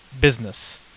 business